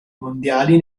mondiali